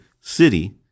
city